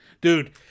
dude